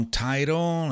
title